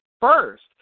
first